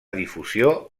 difusió